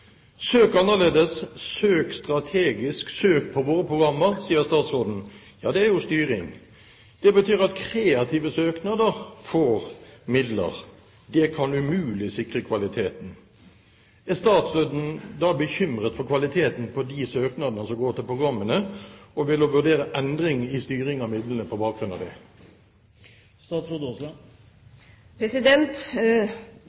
annerledes, søk strategisk, søk på våre programmer, sier statsråden. Det er jo styring. Det betyr at kreative søknader får midler. Det kan umulig sikre kvaliteten. Er statsråden da bekymret for kvaliteten på de søknader som går til programmene, og vil hun vurdere endring i styring av midlene på bakgrunn av det?